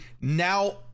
now